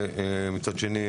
ומצד שני,